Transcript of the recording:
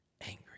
angry